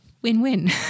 win-win